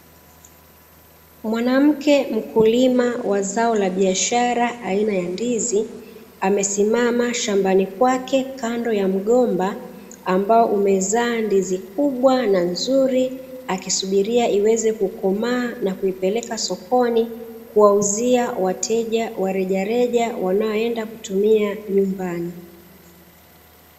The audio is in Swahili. Mwanamke mkulima wa zao la biashara aina ya ndizi amesimama shambani kwake kando ya mgomba ambayo imezaa ndizi kubwa na nzuri, akisubiria iwezekukomaa na kuipeleka sokoni kuwauzia wateja wa rejareja wanaoenda kutumia nyumbani.